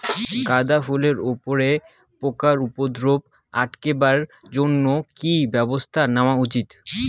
গাঁদা ফুলের উপরে পোকার উপদ্রব আটকেবার জইন্যে কি ব্যবস্থা নেওয়া উচিৎ?